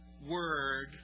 word